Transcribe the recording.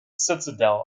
citadel